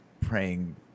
praying